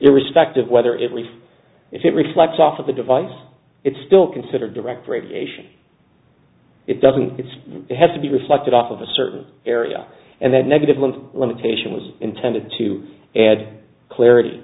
your respective whether it is it reflects off of the device it's still considered direct radiation it doesn't it's have to be reflected off of a certain area and then negative ones limitation was intended to add clarity